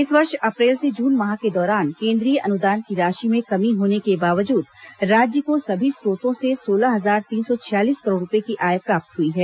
इस वर्ष अप्रैल से जून माह के दौरान केंद्रीय अनुदान की राशि में कमी होने के बावजूद राज्य को सभी स्रोतों से सोलह हजार तीन सौ छियालीस करोड़ रूपये की आय प्राप्त हुई है